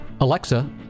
Alexa